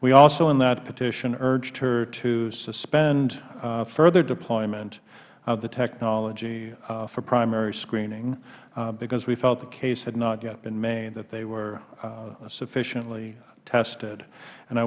we also in that petition urged her to suspend further deployment of the technology for primary screening because we felt the case had not yet been made that they were sufficiently tested and i